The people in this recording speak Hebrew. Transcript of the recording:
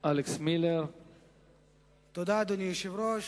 אדוני היושב-ראש,